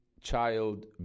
child